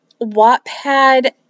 Wattpad